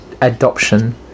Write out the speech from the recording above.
adoption